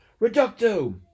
Reducto